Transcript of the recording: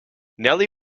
nelly